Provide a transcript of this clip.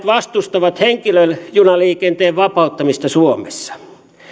vastustavat henkilöjunaliikenteen vapauttamista suomessa